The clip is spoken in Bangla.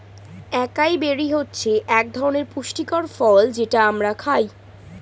একাই বেরি হচ্ছে একধরনের পুষ্টিকর ফল যেটা আমরা খাই